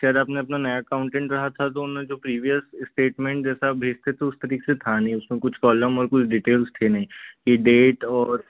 शायद आपने अपना नया अकाउन्टेन्ट रहा था तो उन्होंने जो प्रीवियस स्टेटमेंट जैसा भेजते तो उस तरीके से था नहीं उसमें कुछ कॉलम और कुछ डिटेल्स थे नहीं ये डेट और